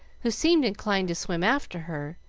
who seemed inclined to swim after her,